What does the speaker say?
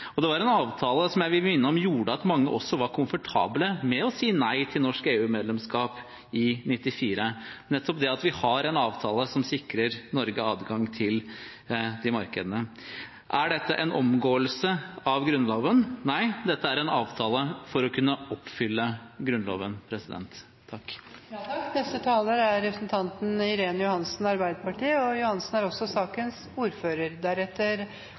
Norge. Det var også en avtale som jeg vil minne om gjorde at mange også var komfortable med å si nei til norsk EU-medlemskap i 1994, nettopp det at vi har en avtale som sikrer Norge adgang til markedene. Er dette en omgåelse av Grunnloven? Nei, dette er en avtale for å kunne oppfylle Grunnloven. Jeg vil først gjerne takke for debatten, som på en god måte har belyst både saken og enkeltes betenkninger med hensyn til den. Jeg vil også